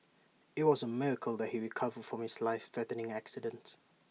IT was A miracle that he recovered from his life threatening accident